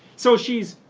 so, she's